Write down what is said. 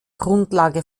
grundlage